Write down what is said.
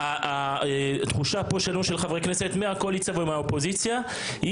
התחושה של חברי כנסת מהקואליציה ומהאופוזיציה היא